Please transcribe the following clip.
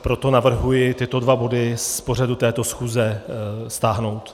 Proto navrhuji tyto dva body z pořadu této schůze stáhnout.